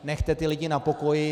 Nechte ty lidi na pokoji!